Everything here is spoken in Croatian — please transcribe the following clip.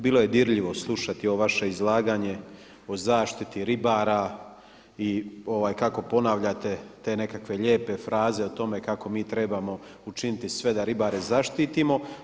Bilo je dirljivo slušati ovo vaše izlaganje o zaštiti ribara i kako ponavljate te nekakve lijepe fraze o tome kako mi trebamo učiniti sve da ribare zaštitimo.